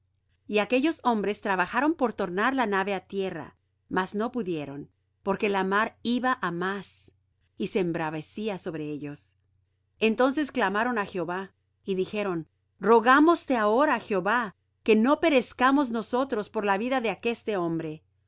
y aquellos hombres trabajaron por tornar la nave á tierra mas no pudieron porque la mar iba á más y se embravecía sobre ellos entonces clamaron á jehová y dijeron rogámoste ahora jehová que no perezcamos nosotros por la vida de aqueste hombre